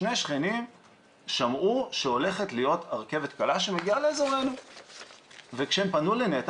שני שכנים שמעו שהולכת להיות רכבת קלה שמגיעה לאזורנו וכשהם פנו לנת"ע,